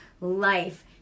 life